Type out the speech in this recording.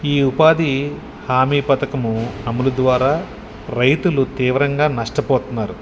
ఈ ఉపాధి హామీ పథకము అమలు ద్వారా రైతులు తీవ్రంగా నష్టపోతున్నారు